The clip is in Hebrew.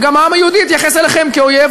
וגם העם היהודי יתייחס אליכם כאל אויב,